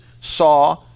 saw